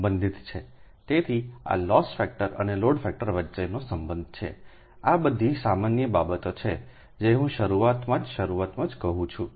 તેથી આ loss factor અને લોડ ફેક્ટર વચ્ચેનો સંબંધ છે આ બધી સામાન્ય બાબતો છે જે હું શરૂઆતમાં જ શરૂઆતમાં કહું છું